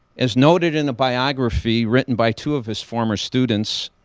as noted in the biography written by two of his former students,